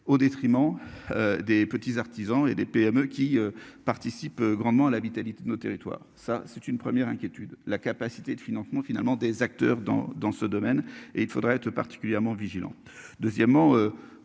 au détriment. Des petits artisans et des PME qui participe grandement à la vitalité de nos territoires. Ça c'est une première inquiétude, la capacité de financement finalement des acteurs dans dans ce domaine et il faudrait être particulièrement vigilante. Deuxièmement,